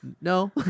No